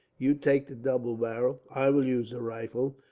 you take the double barrel. i will use the rifle.